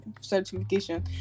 certification